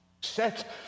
Set